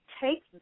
take